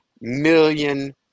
million